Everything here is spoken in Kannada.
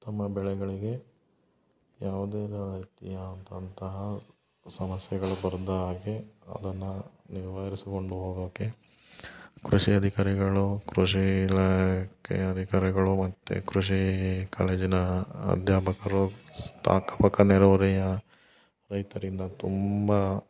ತಮ್ಮ ಬೆಳೆಗಳಿಗೆ ಯಾವುದೇ ರತಿಯಾದಂತಹ ಸಮಸ್ಯೆಗಳು ಬರದ ಹಾಗೆ ಅದನ್ನಾ ನಿವಾರ್ಸ್ಕೊಂಡು ಹೋಗೋಕೆ ಕೃಷಿ ಅಧಿಕಾರಿಗಳು ಕೃಷಿ ಇಲಾಖೆ ಅಧಿಕಾರಿಗಳು ಮತ್ತು ಕೃಷಿ ಕಾಲೇಜಿನ ಅಧ್ಯಾಪಕರು ಸ್ ಅಕ್ಕಪಕ್ಕ ನೆರಹೊರೆಯ ರೈತರಿಂದ ತುಂಬ